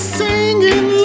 singing